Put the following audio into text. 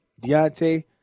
Deontay